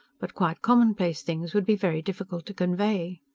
but quite commonplace things would be very difficulty to convey.